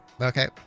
Okay